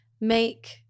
make